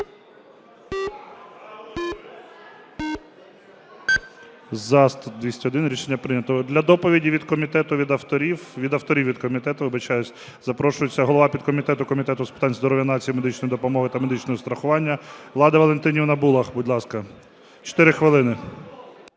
За-201 Рішення прийнято. Для доповіді від комітету, від авторів, від авторів від комітету, вибачаюсь, запрошується голова підкомітету Комітету з питань здоров'я нації, медичної допомоги та медичного страхування Лада Валентинівна Булах, будь ласка. 4 хвилини.